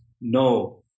No